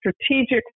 strategic